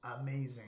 Amazing